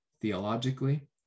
theologically